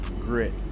grit